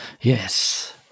Yes